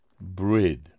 bread